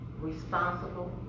responsible